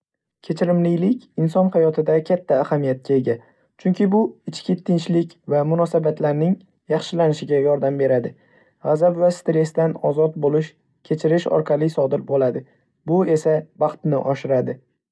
Kechirimlilik inson hayotida katta ahamiyatga ega, chunki bu ichki tinchlik va munosabatlarning yaxshilanishiga yordam beradi. G‘azab va stressdan ozod bo‘lish kechirish orqali sodir bo‘ladi, bu esa baxtni oshiradi.